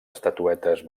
estatuetes